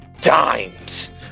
dimes